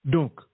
Donc